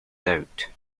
doubt